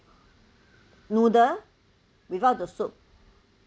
noodle without the soup